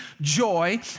joy